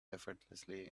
effortlessly